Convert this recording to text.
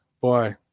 Boy